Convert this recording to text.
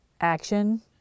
action